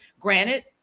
Granted